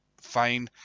fine